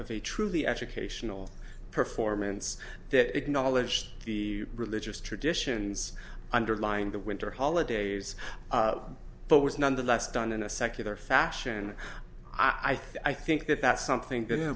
of a truly educational performance that acknowledged the religious traditions underlying the winter holidays but was nonetheless done in a secular fashion i think that that's something to